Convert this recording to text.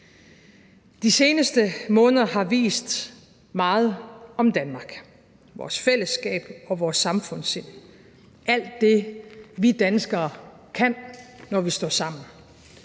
De seneste måneder har vist meget om Danmark; vores fællesskab og vores samfundssind, alt det, vi danskere kan, når vi står sammen.